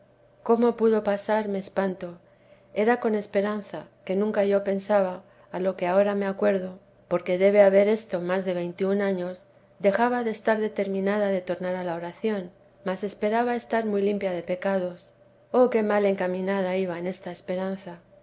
cómo pudo pasar me espanto era con esperanza que nunca yo pensaba a lo que ahora me acuerdo porque debe haber esto más de veintiún años dejaba de estar determinada de tornar a la oración mas esperaba estar muy limpia de pecados oh qué mal encaminada iba en esta esperanza